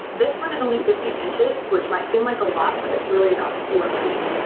this one is only fifty inches, which might seem like a lot, but it's really about four feet,